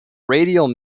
radial